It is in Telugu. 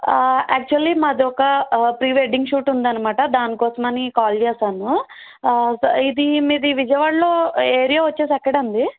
యాక్చువల్లీ మాది ఒక ప్రీ వెడ్డింగ్ఘాట్ ఉంది అన్నమాట దానికోసమని కాల్ చేసాను ఇది మీది విజయవాడలో ఏరియా వచ్చి ఎక్కడండి